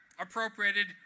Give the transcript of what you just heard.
appropriated